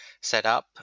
setup